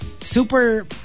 super